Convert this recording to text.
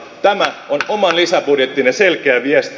tämä on oman lisäbudjettinne selkeä viesti